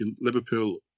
Liverpool